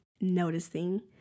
noticing